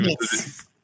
yes